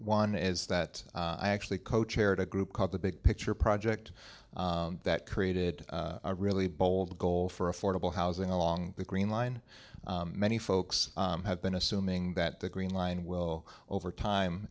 one is that i actually co chaired a group called the big picture project that created a really bold goal for affordable housing along the green line many folks have been assuming that the green line will over time